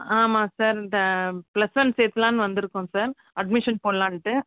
ஆமாம் சார் இந்த plus one சேர்க்கலான்னு வந்துருக்கோம் சார் அட்மிஷன் போடலான்ட்டு